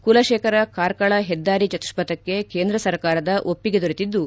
ಕುಲಶೇಖರ ಕಾರ್ಕಳ ಹೆದ್ದಾರಿ ಚತುಪ್ಪಥಕ್ಕೆ ಕೇಂದ್ರ ಸರಕಾರದ ಒಪ್ಪಿಗೆ ದೊರೆತಿದ್ದು